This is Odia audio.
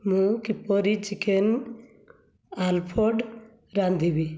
ମୁଁ କିପରି ଚିକେନ ଆଲଫ୍ରେଡ଼ୋ ରାନ୍ଧିବି